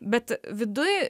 bet viduj